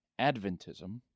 Adventism